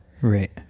Right